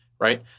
Right